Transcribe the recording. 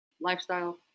lifestyle